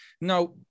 Now